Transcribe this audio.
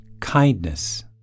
kindness